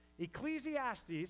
Ecclesiastes